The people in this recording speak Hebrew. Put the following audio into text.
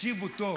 תקשיבו טוב.